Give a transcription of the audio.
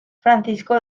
francisco